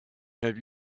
have